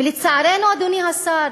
ולצערנו, אדוני השר,